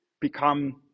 become